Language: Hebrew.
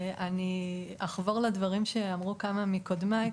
אחבור לדברים שאמרו כמה מקודמיי.